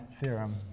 theorem